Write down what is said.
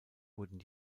wurden